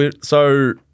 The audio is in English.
So-